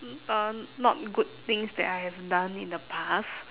uh not good things that I have done in the past